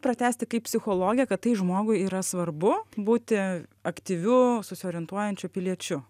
pratęsti kaip psichologė kad tai žmogui yra svarbu būti aktyviu susiorientuojančių piliečiu